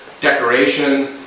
decoration